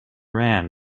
ran